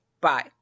Bye